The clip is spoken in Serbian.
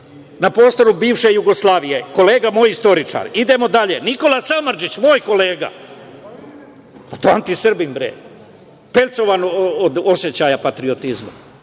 na prostoru bivše Jugoslavije, moj kolega istoričar. Idemo dalje, Nikola Samardžić, moj kolega, to je antisrbin, bre. Pelcovan od osećaja patriotizma.